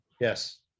Yes